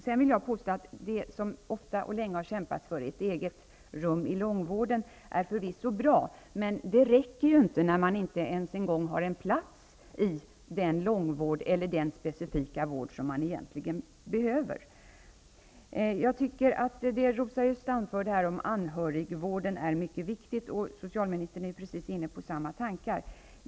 Sedan vill jag påstå att ett eget rum i långvården, som det kämpats ofta och länge för, förvisso är bra, men det räcker inte när man inte ens en gång har en plats i den specifika vård man behöver. Jag tycker att det Rosa Östh anförde här om anhörigvården är mycket viktigt. Socialministern är inne på precis samma tankar.